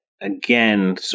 again